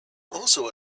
also